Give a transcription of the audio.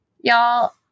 y'all